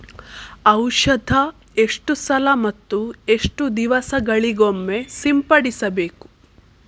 ಔಷಧ ಎಷ್ಟು ಸಲ ಮತ್ತು ಎಷ್ಟು ದಿವಸಗಳಿಗೊಮ್ಮೆ ಸಿಂಪಡಿಸಬೇಕು?